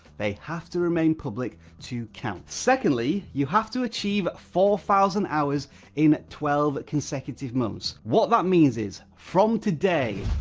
they have to remain public to count. secondly, you have to achieve four thousand hours in twelve consecutive months. what that means is, from today,